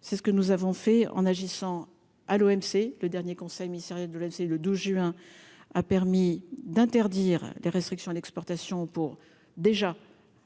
c'est ce que nous avons fait en agissant à l'OMC, le dernier conseil ministériel de lancer le 12 juin a permis d'interdire des restrictions à l'exportation pour déjà